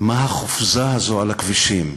מה החופזה הזאת על הכבישים?